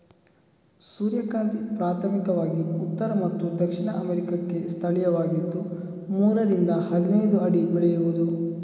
ಸೂರ್ಯಕಾಂತಿ ಪ್ರಾಥಮಿಕವಾಗಿ ಉತ್ತರ ಮತ್ತು ದಕ್ಷಿಣ ಅಮೇರಿಕಾಕ್ಕೆ ಸ್ಥಳೀಯವಾಗಿದ್ದು ಮೂರರಿಂದ ಹದಿನೈದು ಅಡಿ ಬೆಳೆಯುವುದು